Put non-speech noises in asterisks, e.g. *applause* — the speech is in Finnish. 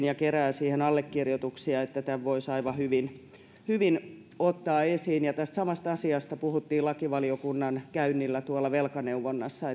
*unintelligible* ja kerää siihen allekirjoituksia eli tämän voisi aivan hyvin hyvin ottaa esiin tästä samasta asiasta puhuttiin lakivaliokunnan käynnillä velkaneuvonnassa *unintelligible*